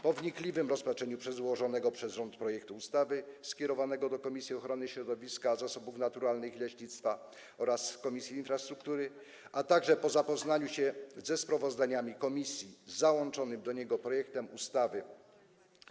Po wnikliwym rozpatrzeniu przedłożonego przez rząd projektu ustawy skierowanego do Komisji Ochrony Środowiska, Zasobów Naturalnych i Leśnictwa oraz Komisji Infrastruktury, a także po zapoznaniu się ze sprawozdaniem komisji z załączonym do niego projektem ustawy.